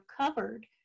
covered